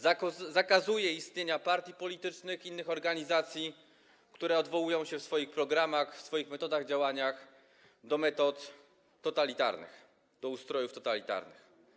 Zakazuje istnienia partii politycznych i innych organizacji, które odwołują się w swoich programach, w swoich metodach działania do metod totalitarnych, do ustrojów totalitarnych.